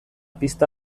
pista